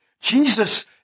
Jesus